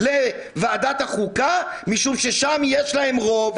לוועדת החוקה משום ששם יש להם רוב.